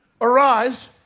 arise